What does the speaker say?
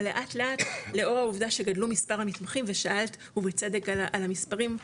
אבל לאט לאט לאור העובדה שגדלו מספר המתמחים ושאלת ובצדק על המספרים,